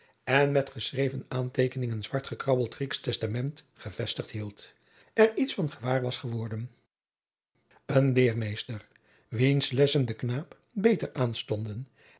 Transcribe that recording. en met geschreven aanteekeningen zwart gekrabbeld grieksch testament gevestigd hield er iets van gewaar was geworden een leermeester wiens lessen den knaap beter aanstonden